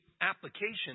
application